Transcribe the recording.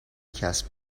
کسب